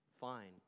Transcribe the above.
fine